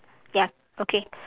ya okay